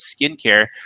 skincare